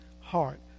heart